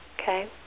Okay